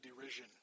derision